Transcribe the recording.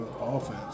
offense